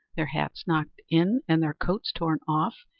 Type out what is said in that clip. their hats knocked in, and their coats torn off,